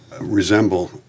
resemble